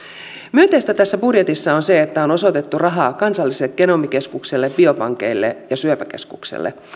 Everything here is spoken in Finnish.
myönteistä tässä budjetissa on se että on osoitettu rahaa kansalliselle genomikeskukselle biopankeille ja syöpäkeskukselle